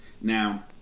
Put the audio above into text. Now